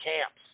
camps